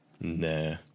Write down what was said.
Nah